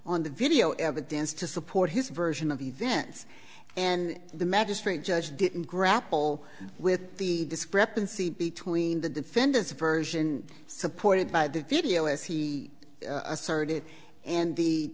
on the video evidence to support his version of events and the magistrate judge didn't grapple with the discrepancy between the defendant's version supported by the video as he asserted and the